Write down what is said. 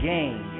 Game